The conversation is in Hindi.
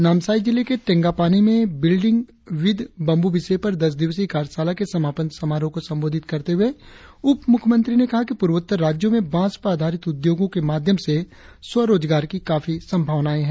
नामसाई जिले के टेंगापानी में बिल्डिग विद बम्बू विषय पर दस दिवसीय कार्यशाला के समापन समारोह को संबोधित करते हुए उपमुख्य मंत्री ने कहा कि पूर्वोत्तर राज्यो में बांस पर आधारित उद्योगो के माध्यम से स्वरोजगार की काफी संभावनाए है